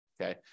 okay